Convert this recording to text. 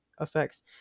effects